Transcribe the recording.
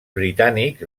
britànics